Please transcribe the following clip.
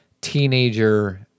teenager